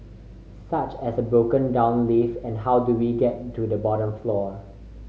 such as a broken down lift and how do we get to the bottom floor